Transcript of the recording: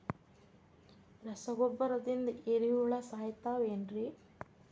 ರಸಗೊಬ್ಬರದಿಂದ ಏರಿಹುಳ ಸಾಯತಾವ್ ಏನ್ರಿ?